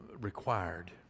required